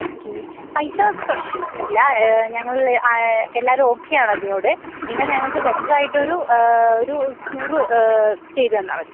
okay പൈസ പ്രശ്നമില്ല ഞങ്ങള് എല്ലാവരും ഓക്കേയാണ് അതിനോട് നിങ്ങൾ ഞങ്ങൾക്ക് ബെറ്റർ ആയിട്ടൊരു ഏ ഒരു ടൂറ് ചെയ്ത് തന്നാൽ മതി